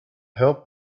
helped